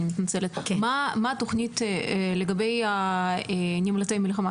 אני מתנצלת - מה התכנית לגבי נמלטי המלחמה?